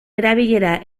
erabilera